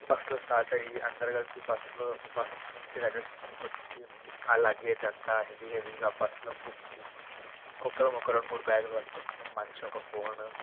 బస్లో స్టార్టయ్యి అందరు కలిసి బస్లో బస్ నుంచి రైల్వే స్టేషన్ కొచ్చి లగేజంతా హెవీ హెవీగా బస్లో కుక్కి ఒకొక్కరం ఒకరం మూడు బ్యాగులు పట్టుకొచ్చినం మనిషొక ఫోను